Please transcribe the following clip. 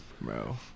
bro